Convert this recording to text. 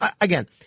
again –